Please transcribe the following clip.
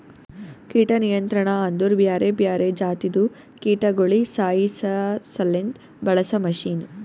ಕೀಟ ನಿಯಂತ್ರಣ ಅಂದುರ್ ಬ್ಯಾರೆ ಬ್ಯಾರೆ ಜಾತಿದು ಕೀಟಗೊಳಿಗ್ ಸಾಯಿಸಾಸಲೆಂದ್ ಬಳಸ ಮಷೀನ್